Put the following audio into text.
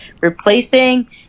replacing